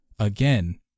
again